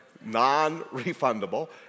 non-refundable